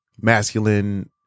masculine